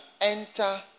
enter